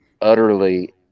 utterly